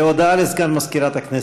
הודעה לסגן מזכירת הכנסת.